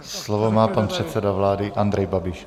Slovo má pan předseda vlády Andrej Babiš.